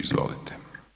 Izvolite.